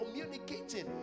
communicating